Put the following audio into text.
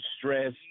stress